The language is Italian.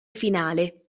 finale